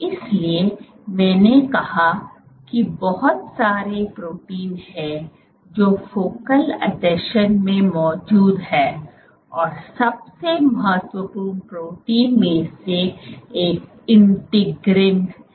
इसलिए मैंने कहा कि बहुत सारे प्रोटीन हैं जो फोकल आसंजन में मौजूद हैं और सबसे महत्वपूर्ण प्रोटीन में से एक इंटीग्रिन है